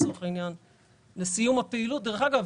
דרך אגב,